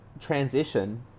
transition